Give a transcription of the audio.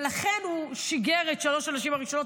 ולכן הוא שיגר את שלוש הנשים הראשונות,